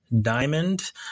Diamond